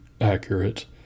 accurate